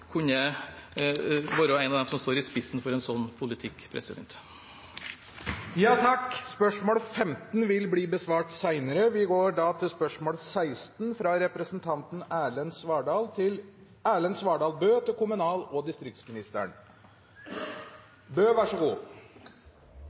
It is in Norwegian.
kunne være en av dem som står i spissen for en slik politikk. Spørsmål 15 vil bli besvart senere. Vi går da til spørsmål 16. «Regjeringen har gått inn for en oppløsning av Troms og Finnmark fylkeskommune, både i Hurdalsplattformen og